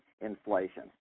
inflation